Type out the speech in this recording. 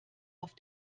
auf